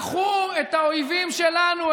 לקחו את האויבים שלנו,